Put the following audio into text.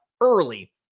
early